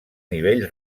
nivell